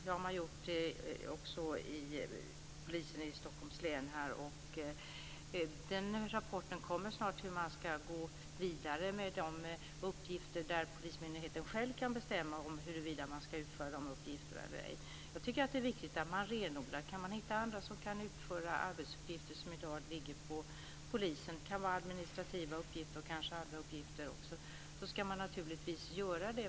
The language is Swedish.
Det har också polisen i Stockholms län gjort. Det kommer snart en rapport om hur man ska gå vidare med de uppgifter som polismyndigheten själv kan bestämma om man ska utföra eller ej. Jag tycker att det är viktigt att man renodlar. Om man kan hitta andra som kan utföra arbetsuppgifter som i dag ligger på polisen - det kan vara administrativa uppgifter och kanske också andra uppgifter - ska man naturligtvis göra det.